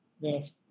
Yes